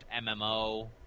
MMO